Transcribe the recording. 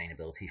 sustainability